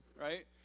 right